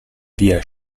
via